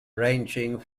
ranging